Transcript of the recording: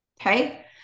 okay